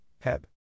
Heb